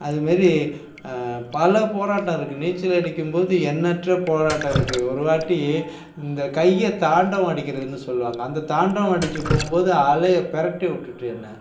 அது மாரி பல போராட்டம் இருக்குது நீச்சல் அடிக்கும்போது எண்ணற்ற போராட்டம் இருக்குது ஒருவாட்டி இந்த கையை தாண்டவம் அடிக்கிறதுன்னு சொல்லுவாங்கள் அந்த தாண்டவம் அடிச்சு போகும்போது அலை புரட்டி விட்டுட்டு என்னை